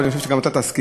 ואני חושב שגם אתה תסכים,